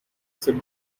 said